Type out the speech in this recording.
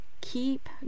keep